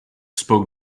spoke